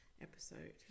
episode